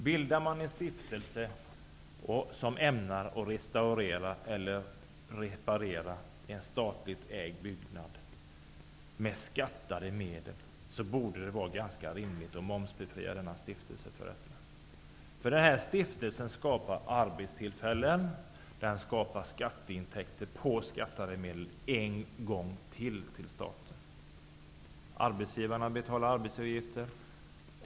Bildar man en stiftelse som ämnar att restaurera eller reparera en statligt ägd byggnad med skattade medel, borde det vara ganska rimligt att momsbefria denna stiftelse. Den skapar arbetstillfällen och skatteintäkter till staten på skattade medel en gång till.